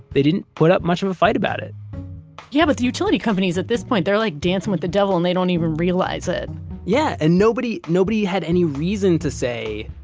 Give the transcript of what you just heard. they didn't put up much of a fight about it yeah. but the utility companies at this point, they're like dancing with the devil and they don't even realize it yeah. and nobody nobody had any reason to say,